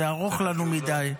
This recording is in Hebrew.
זה ארוך לנו מדי.